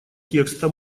текста